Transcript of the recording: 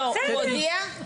לא הוא הודיע ליושב ראש?